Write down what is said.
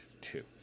two